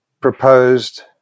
proposed